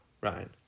Ryan